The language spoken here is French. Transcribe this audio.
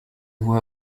voit